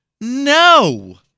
No